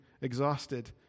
exhausted